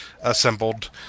assembled